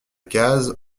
case